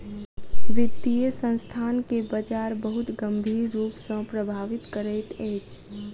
वित्तीय संस्थान के बजार बहुत गंभीर रूप सॅ प्रभावित करैत अछि